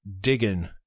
digging